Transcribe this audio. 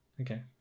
Okay